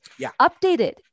updated